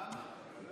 למה?